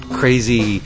crazy